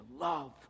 love